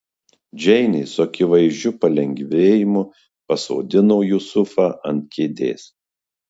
džeinė su akivaizdžiu palengvėjimu pasodino jusufą ant kėdės